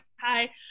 hi